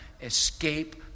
escape